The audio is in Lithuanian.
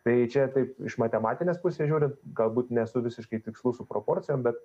tai čia taip iš matematinės pusės žiūrint galbūt nesu visiškai tikslus su proporcijom bet